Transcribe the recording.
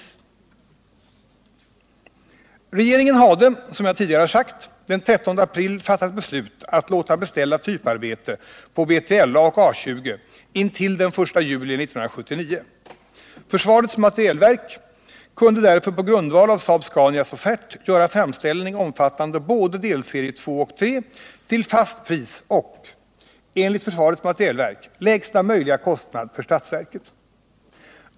6 Regeringen hade, som jag tidigare har sagt, den 13 april fattat beslut att låta tets inverkan på beställa typarbete på B3LA och A 20 intill den 1 juli 1979. Försvarets materielverk kunde därför på grundval av Saab-Scanias offert göra framställning omfattande både delserie 2 och 3 till fast pris och — enligt försvarets materielverk — lägsta möjliga kostnad för statsverket.